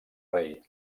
rei